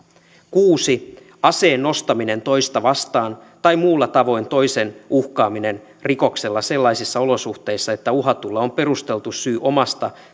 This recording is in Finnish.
kuusi aseen nostaminen toista vastaan tai muulla tavoin toisen uhkaaminen rikoksella sellaisissa olosuhteissa että uhatulla on perusteltu syy omasta